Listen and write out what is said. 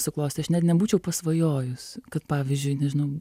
suklostė aš net nebūčiau pasvajojus kad pavyzdžiui nežinau